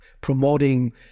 promoting